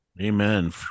Amen